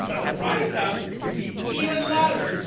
ah surprise sound can be even louder,